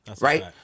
right